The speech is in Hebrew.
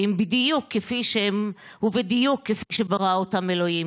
בדיוק כפי שהם ובדיוק כפי שברא אותם אלוהים?